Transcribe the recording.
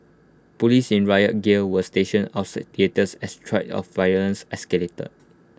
Police in riot gear were stationed outside theatres as threats of violence escalated